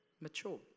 mature